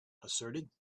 asserted